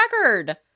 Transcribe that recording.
record